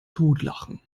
totlachen